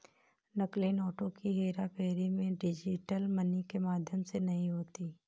नकली नोटों की हेराफेरी भी डिजिटल मनी के माध्यम से नहीं होती